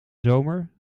zomer